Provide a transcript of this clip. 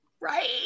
right